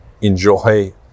enjoy